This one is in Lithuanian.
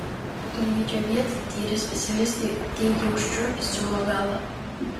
įvykio vietą tyrę specialistai teigia užčiuopę siūlo galą